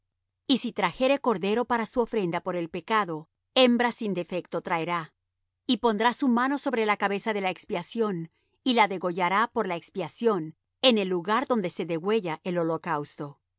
y si trajere cordero para su ofrenda por el pecado hembra sin defecto traerá y pondrá su mano sobre la cabeza de la expiación y la degollará por expiación en el lugar donde se degüella el holocausto